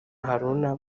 haruna